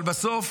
אבל בסוף,